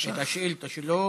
את השאילתה שלו